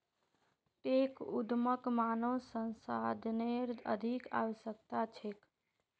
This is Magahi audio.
टेक उद्यमक मानव संसाधनेर अधिक आवश्यकता छेक